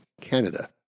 Canada